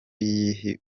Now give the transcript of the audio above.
yihuse